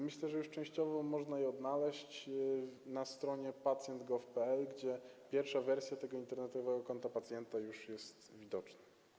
Myślę, że już częściowo można je odnaleźć na stronie pacjent.gov.pl, gdzie pierwsza wersja tego Internetowego Konta Pacjenta już jest widoczna.